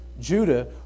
Judah